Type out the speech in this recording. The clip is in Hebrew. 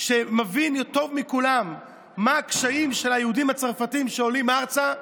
שמבין טוב מכולם מה הקשיים של היהודים הצרפתים שעולים ארצה,